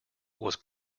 was